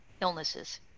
illnesses